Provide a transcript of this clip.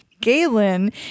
Galen